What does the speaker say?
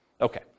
Okay